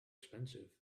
expensive